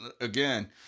again